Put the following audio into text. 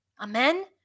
Amen